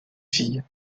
fille